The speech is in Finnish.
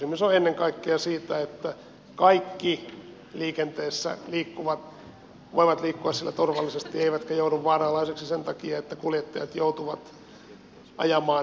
kysymys on ennen kaikkea siitä että kaikki liikenteessä liikkuvat voivat liikkua siellä turvallisesti eivätkä joudu vaaranalaisiksi sen takia että kuljettajat joutuvat ajamaan väsyneinä